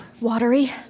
Watery